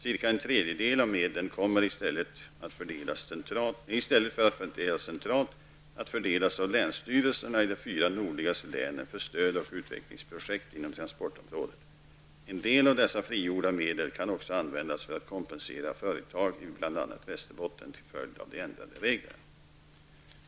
Cirka en tredjedel av medlen kommer, i stället för att fördelas centralt, att fördelas av länsstyrelserna i de fyra nordligaste länen för stöd och utvecklingsprojekt inom transportområdet. En del av dessa frigjorda medel kan också användas för att kompensera vissa företag i bl.a. Västerbotten till följd av de ändrade reglerna.